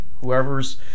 Whoever's